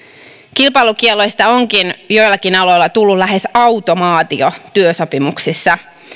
kilpailukielloista onkin joillakin aloilla tullut lähes automaatio työsopimuksissa